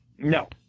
No